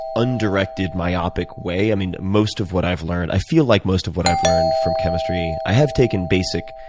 undirected myopic way, i mean most of what i've learned i feel like most of what i've learned from chemistry i have taken basic